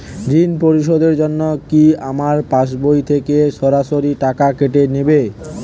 ঋণ পরিশোধের জন্য কি আমার পাশবই থেকে সরাসরি টাকা কেটে নেবে?